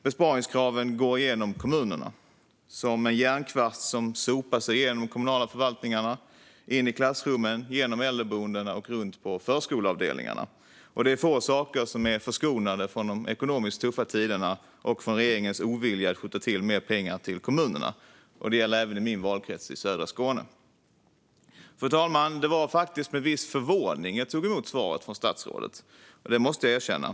Besparingskraven går genom kommunerna som en järnkvast som sopar sig genom de kommunala förvaltningarna, in i klassrummen, genom äldreboendena och runt på förskoleavdelningarna. Det är få saker som är förskonade från de ekonomiskt tuffa tiderna och från regeringens ovilja att skjuta till mer pengar till kommunerna. Det gäller även i min valkrets i södra Skåne. Fru talman! Det var faktiskt med viss förvåning som jag tog emot svaret från statsrådet - det måste jag erkänna.